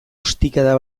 ostikada